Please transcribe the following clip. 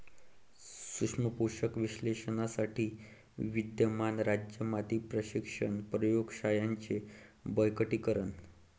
सूक्ष्म पोषक विश्लेषणासाठी विद्यमान राज्य माती परीक्षण प्रयोग शाळांचे बळकटीकरण